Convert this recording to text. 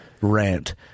rant